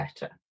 better